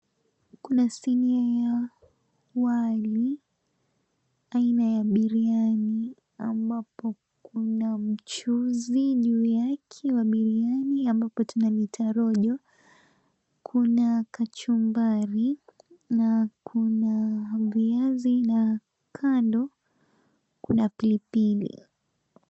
Kuna sinia ya wali aina ya biriani ambapo kuna mchuzi juu yake wa biriani ambapo tunauita rojo kuna kachumbari na kuna viazi na kando kuna pilipili.